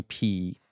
IP